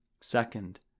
Second